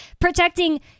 protecting